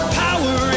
power